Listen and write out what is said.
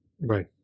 right